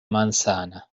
manzana